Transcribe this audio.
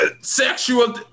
sexual